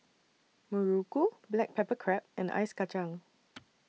Muruku Black Pepper Crab and Ice Kachang